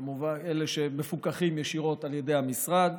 כמובן, אלה שמפוקחים ישירות על ידי המשרד,